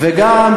וגם,